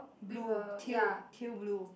blue tail tail blue